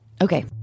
okay